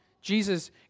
Jesus